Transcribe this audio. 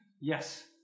Yes